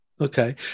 Okay